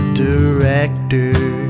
director